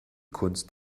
kunst